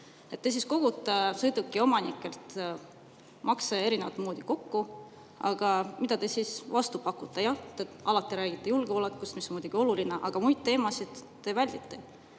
Te kogute sõidukiomanikelt makse erinevat moodi kokku, aga mida te siis vastu pakute? Jah, te alati räägite julgeolekust, mis on muidugi oluline, aga muid teemasid te väldite.